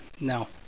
No